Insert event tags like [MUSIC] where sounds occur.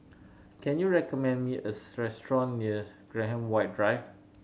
can you recommend me a [UNINTELLIGIBLE] restaurant near Graham White Drive